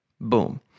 Boom